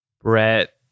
Brett